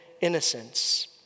innocence